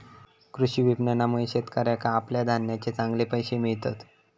कृषी विपणनामुळे शेतकऱ्याका आपल्या धान्याचे चांगले पैशे मिळतत